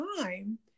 time